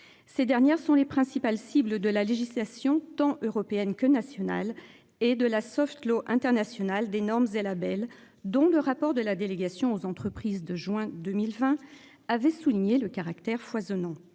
Ces dernières sont les principales cibles de la législation tant européenne que nationale et de la soft law international des normes et labels, dont le rapport de la délégation aux entreprises de juin 2020 avait souligné le caractère foisonnant.